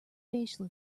facial